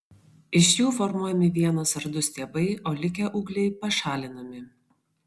iš jų formuojami vienas ar du stiebai o likę ūgliai pašalinami